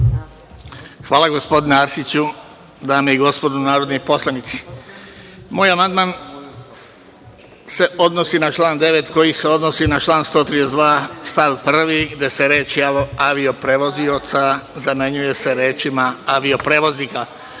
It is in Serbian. Hvala, gospodine Arsiću. Dame i gospodo narodni poslanici, moj amandman se odnosi na član 9. koji se odnosi na član 132. stav 1. gde se reči: „avio-prevozioca“ zamenjuju rečima „avio-prevoznika“.